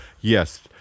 yes